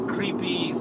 Creepy